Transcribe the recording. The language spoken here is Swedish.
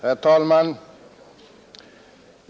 Herr talman!